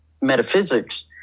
metaphysics